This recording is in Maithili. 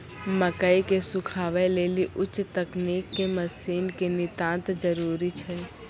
मकई के सुखावे लेली उच्च तकनीक के मसीन के नितांत जरूरी छैय?